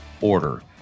order